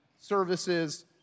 services